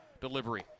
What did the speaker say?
Delivery